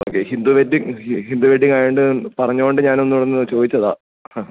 okay Hindu wedding Hindu വെഡ്ഡിംഗായതുകൊണ്ട് പറഞ്ഞതുകൊണ്ട് ഞാനൊന്ന് വന്ന് ചോദിച്ചതാണ് ആ